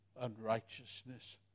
unrighteousness